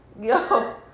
Yo